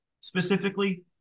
specifically